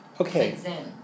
Okay